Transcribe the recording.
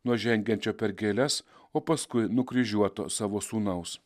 nuo žengiančio per gėles o paskui nukryžiuoto savo sūnaus